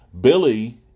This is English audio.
Billy